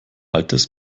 altes